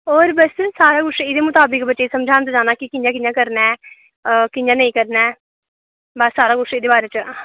होर बस सारा किश एह्दे मताबक समझांदे जाना की कियां कियां करना ऐ अ कियां नेईं करना ऐ बस सारा किश एह्दे बारै च